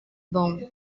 boone